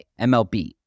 MLB